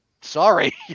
sorry